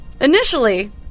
Initially